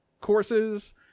courses